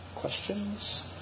Questions